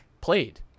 played